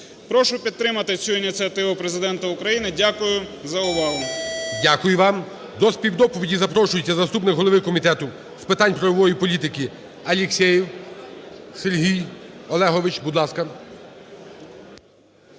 Прошу підтримати цю ініціативу Президента України. Дякую за увагу. ГОЛОВУЮЧИЙ. Дякую вам. До співдоповіді запрошується заступник голови Комітету з питань правової політики